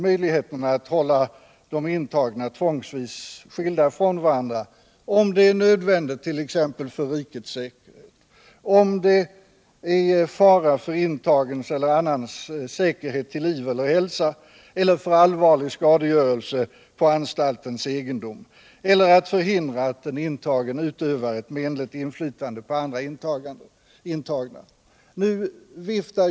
Möjligheten att hålla de intagna tvångsvis skilda från varandra finns alltså kvar och kan användas om det är nödvändigt t.ex. med hänsyn till rikets säkerhet, om det föreligger fara för intagens egen eller annans säkerhet till liv eller hälsa eller för allvarlig skadegörelse på anstaltens egendom eller för att förhindra att intagen utövar menligt inflytande på andra intagna.